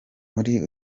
muri